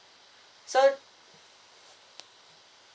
so